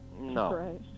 No